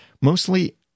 mostly